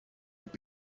have